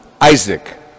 Isaac